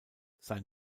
sein